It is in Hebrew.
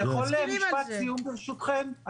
אני יכול משפט סיום, ברשותכם?